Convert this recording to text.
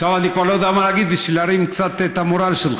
עכשיו אני כבר לא יודע מה להגיד בשביל להרים קצת את המורל שלך.